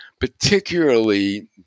Particularly